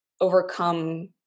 overcome